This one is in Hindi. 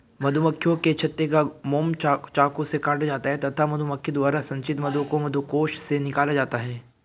मधुमक्खियों के छत्ते का मोम चाकू से काटा जाता है तथा मधुमक्खी द्वारा संचित मधु को मधुकोश से निकाला जाता है